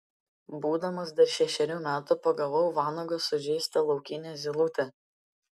būdamas dar šešerių metų pagavau vanago sužeistą laukinę zylutę